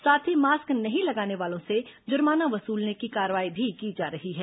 साथ ही मास्क नहीं लगाने वालों से जुर्माना वसूलने की कार्रवाई भी की जा रही है